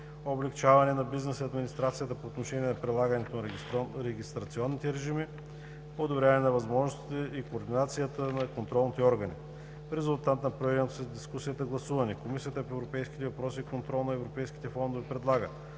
облекчаване на бизнеса и администрацията по отношение прилагането на регистрационните режими; - подобряване на възможностите и координацията на контролните органи. В резултат на проведеното след дискусията гласуване Комисията по европейските въпроси и контрол на европейските фондове предлага,